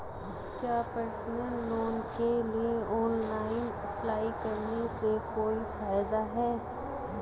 क्या personal loan के लिए ऑनलाइन अप्लाई करने से कोई फायदा है?